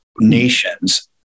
nations